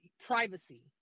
privacy